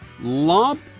Lump